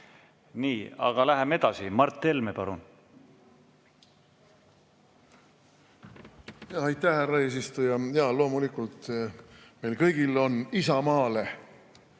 Nii, aga läheme edasi. Mart Helme, palun! Aitäh, härra eesistuja! Jaa, loomulikult, meil kõigil on isamaale